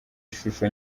ishusho